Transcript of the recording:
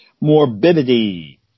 morbidity